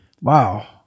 wow